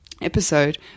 episode